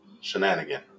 shenanigan